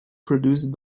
produced